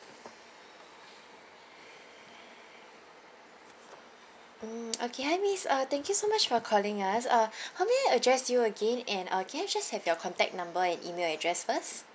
mm okay hi miss uh thank you so much for calling us uh how may I address you again and uh can I just have your contact number and email address first